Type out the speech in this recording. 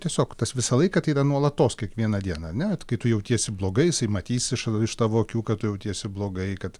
tiesiog tas visą laiką tai yra nuolatos kiekvieną dieną ane kai tu jautiesi blogai jisai matys iš iš tavo akių kad tu jautiesi blogai kad